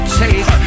take